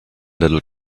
little